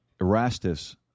Erastus